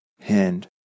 hand